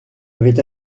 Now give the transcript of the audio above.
avait